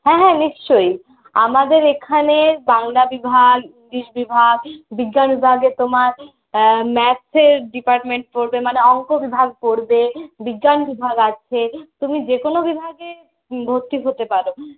হ্যাঁ হ্যাঁ নিশ্চয়ই আমাদের এখানের বাংলা বিভাগ ইংলিশ বিভাগ বিজ্ঞান বিভাগে তোমার ম্যাথসের ডিপার্টমেন্ট পড়বে মানে অঙ্ক বিভাগ পড়বে বিজ্ঞান বিভাগ আছে তুমি যে কোনো বিভাগে ভর্তি হতে পারো